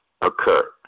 occur